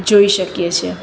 જોઈ શકીએ છીએ